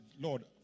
Lord